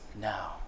now